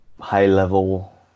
high-level